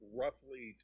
roughly